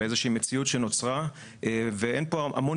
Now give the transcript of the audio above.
לאיזו שהיא מציאות שנוצרה ואין פה המון